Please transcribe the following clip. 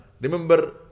remember